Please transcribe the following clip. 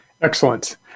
Excellent